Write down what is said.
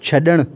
छड॒णु